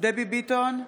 דבי ביטון,